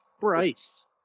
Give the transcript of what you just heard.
Bryce